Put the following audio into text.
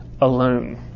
alone